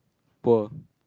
poor